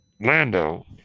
Lando